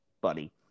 buddy